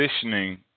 positioning